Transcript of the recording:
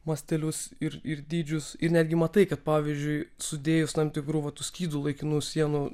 mastelius ir ir dydžius ir netgi matai kad pavyzdžiui sudėjus tam tikrų vat tų skydų laikinų sienų